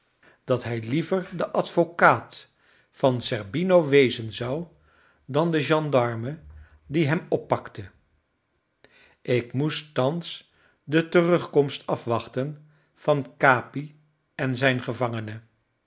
dat hij liever de advocaat van zerbino wezen zou dan de gendarme die hem oppakte ik moest thans de terugkomst afwachten van capi en zijn gevangene